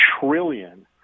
trillion